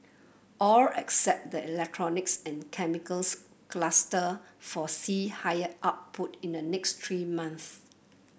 all except the electronics and chemicals cluster foresee higher output in the next three months